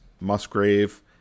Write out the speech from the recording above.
Musgrave